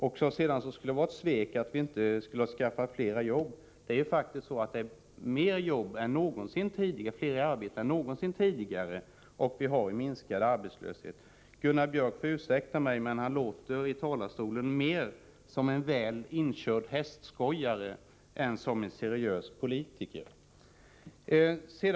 Det skulle också vara ett svek att vi inte har skaffat fler jobb. Det är faktiskt så att det finns fler i arbete nu än någonsin tidigare, och vi har minskat arbetslösheten. Gunnar Björk får ursäkta mig, men han låter i talarstolen mer som en väl inkörd hästskojare än som en seriös politiker.